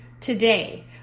today